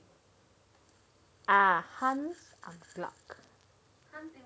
ah han's 我不知道